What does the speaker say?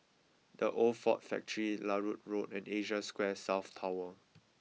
the Old Ford Factory Larut Road and Asia Square South Tower